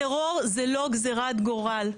טרור זו לא גזירת גורל,